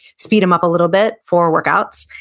speed them up a little bit for workouts.